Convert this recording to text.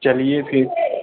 चलिए फिर